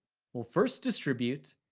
we'll first distribute,